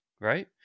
Right